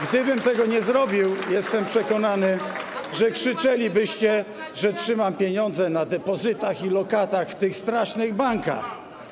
Gdybym tego nie zrobił, jestem przekonany, że krzyczelibyście, że trzymam pieniądze na depozytach i lokatach w tych strasznych bankach.